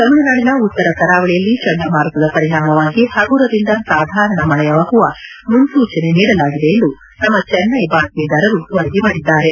ತಮಿಳುನಾಡಿನ ಉತ್ತರ ಕರಾವಳಿಯಲ್ಲಿ ಚಂಡಮಾರುತದ ಪರಿಣಾಮವಾಗಿ ಹಗುರದಿಂದ ಸಾಧಾರಣ ಮಳೆಯಾಗುವ ಮುನ್ನೂಚನೆ ನೀಡಲಾಗಿದೆ ಎಂದು ನಮ್ಮ ಚೆನ್ನೈ ಬಾತ್ವೀದಾರರು ವರದಿ ಮಾಡಿದ್ದಾರೆ